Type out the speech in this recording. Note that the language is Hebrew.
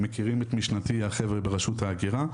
מכירים את משנתי אנשי רשות ההגירה.